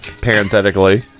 Parenthetically